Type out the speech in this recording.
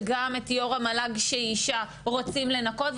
וגם את יו"ר המל"ג, שהיא אישה, רוצים לנקות.